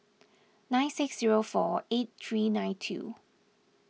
nine six zero four eight three nine two